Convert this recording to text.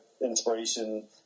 inspiration